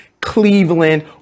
Cleveland